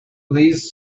please